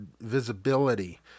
visibility